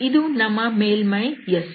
ಇಲ್ಲಿ ನಮ್ಮ ಮೇಲ್ಮೈಯು S